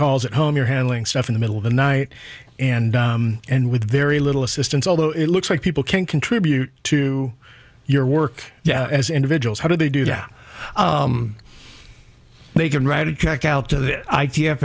calls at home you're handling stuff in the middle of the night and and with very little assistance although it looks like people can contribute to your work as individuals how do they do that they can write a check out to the